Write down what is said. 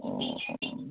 অঁ